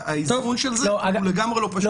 והאיזון של זה הוא לגמרי לא פשוט.